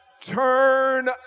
turn